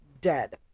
dead